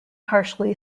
harshly